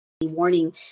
warning